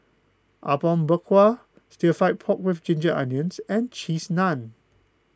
Apom Berkuah Stir Fry Pork with Ginger Onions and Cheese Naan